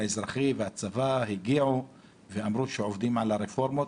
האזרחי והצבא הגיעו ואמרו שעובדים על הרפורמה,